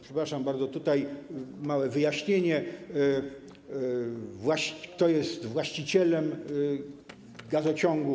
Przepraszam bardzo, tutaj małe wyjaśnienie, kto jest właścicielem gazociągu.